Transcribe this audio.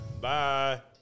Bye